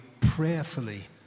prayerfully